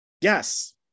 Yes